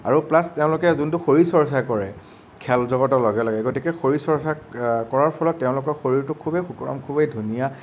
আৰু প্লাছ তেওঁলোকে যোনটো শৰীৰ চৰ্চা কৰে খেল জগতৰ লগে লগে গতিকে শৰীৰ চৰ্চা কৰাৰ ফলত তেওঁলোকৰ শৰীৰটো খুবেই সুকলম খুবেই ধুনীয়া